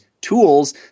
tools